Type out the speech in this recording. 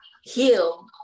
heal